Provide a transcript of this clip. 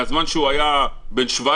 גם אם זה מגיל 17,